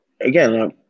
again